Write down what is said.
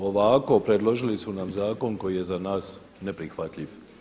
Ovako predložili su nam zakon koji je za nas neprihvatljiv.